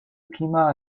climat